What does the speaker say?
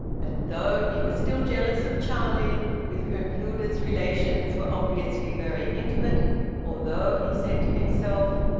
and though he was still jealous of charlie, with whom hilda's relations were obviously very intimate although he said to himself,